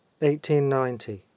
1890